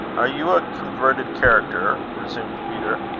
are you a converted character? resumed peter.